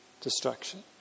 destruction